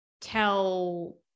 tell